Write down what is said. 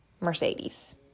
Mercedes